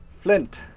flint